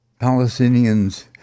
Palestinians